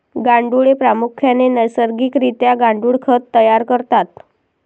गांडुळे प्रामुख्याने नैसर्गिक रित्या गांडुळ खत तयार करतात